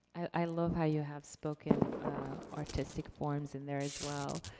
i love how you have spoken artistic forms in there, as well.